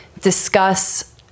discuss